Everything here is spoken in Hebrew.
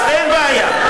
אז אין בעיה,